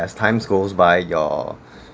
as times goes by your